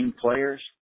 players